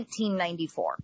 1994